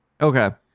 Okay